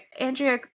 Andrea –